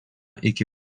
iki